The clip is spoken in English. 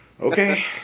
okay